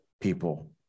people